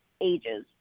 ages